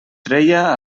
treia